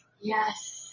Yes